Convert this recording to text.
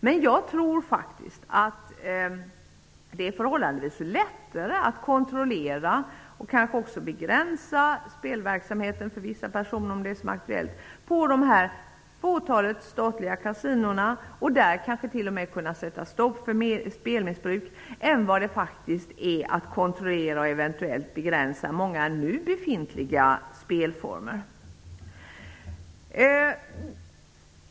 Men jag tror att det är förhållandevis lättare att kontrollera och begränsa spelverksamheten för vissa personer på ett fåtal statliga kasinon och där sätta stopp för spelmissbruk än att kontrollera och eventuellt begränsa många nu befintliga spelformer.